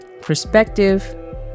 perspective